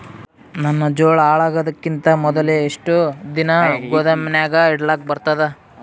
ನನ್ನ ಜೋಳಾ ಹಾಳಾಗದಕ್ಕಿಂತ ಮೊದಲೇ ಎಷ್ಟು ದಿನ ಗೊದಾಮನ್ಯಾಗ ಇಡಲಕ ಬರ್ತಾದ?